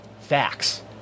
facts